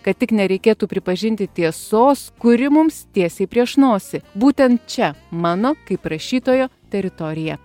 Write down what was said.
kad tik nereikėtų pripažinti tiesos kuri mums tiesiai prieš nosį būtent čia mano kaip rašytojo teritorija